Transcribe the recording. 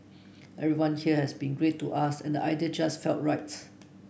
everyone here has been great to us and idea just felt right